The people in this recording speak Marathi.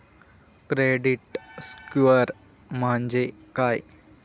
क्रेडिट स्कोअर म्हणजे काय?